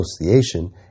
Association